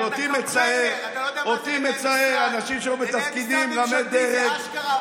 אותי מצער שאנשים שהיו בתפקידי רמי דרג,